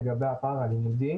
לגבי הפער הלימודי